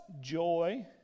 Joy